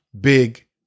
big